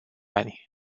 ani